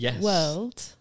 world